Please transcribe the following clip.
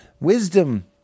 wisdom